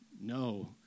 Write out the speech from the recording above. no